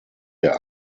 der